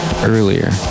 earlier